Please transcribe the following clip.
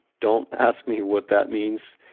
don't ask me what that means.